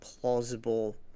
plausible